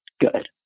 good